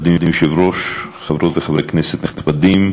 אדוני היושב-ראש, חברות וחברי כנסת נכבדים,